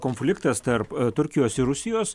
konfliktas tarp turkijos ir rusijos